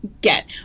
get